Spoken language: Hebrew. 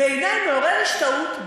בעיני מעורר השתאות,